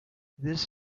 this